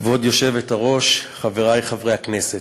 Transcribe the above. כבוד היושבת-ראש, חברי חברי הכנסת,